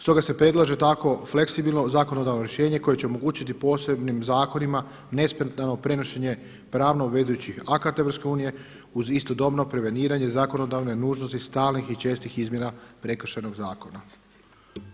Stoga se predlaže tako fleksibilno zakonodavno rješenje koje će omogućiti posebnim zakonima nesmetano prenošenje pravno obvezujućih akata EU uz istodobno preveniranje zakonodavne nužnosti stalnih i čestih izmjena Prekršajnog zakona.